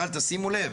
אבל תשימו לב